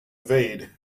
evade